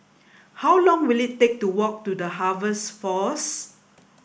how long will it take to walk to the Harvest Force